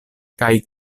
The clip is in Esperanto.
kaj